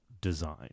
design